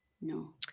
no